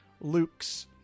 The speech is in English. Luke's